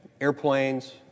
airplanes